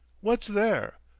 what's there?